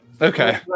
Okay